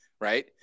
right